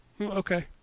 Okay